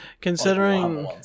considering